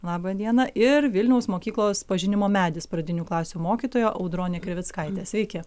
laba diena ir vilniaus mokyklos pažinimo medis pradinių klasių mokytoja audronė krivickaitė sveiki